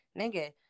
nigga